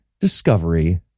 discovery